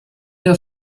der